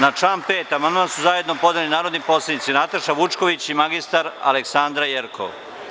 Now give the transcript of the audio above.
Na član 5. amandman su zajedno podneli narodni poslanici Nataša Vučković i mr Aleksandra Jerkov.